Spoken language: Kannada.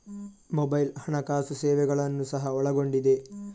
ಮೊಬೈಲ್ ಹಣಕಾಸು ಸೇವೆಗಳನ್ನು ಸಹ ಒಳಗೊಂಡಿದೆ